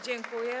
Dziękuję.